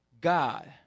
god